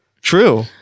true